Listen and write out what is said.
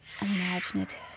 imaginative